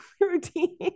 routine